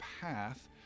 path